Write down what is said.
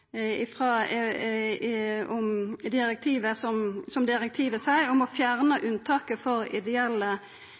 i direktivet om å fjerna unntaket for ideelle,